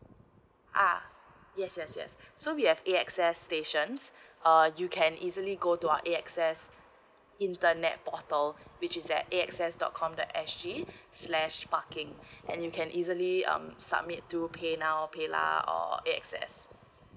ah yes yes yes so we have A access stations uh you can easily go to our A access internet portal which is at A access dot com dot S_G slash parking and you can easily um submit to pay now paylah or A access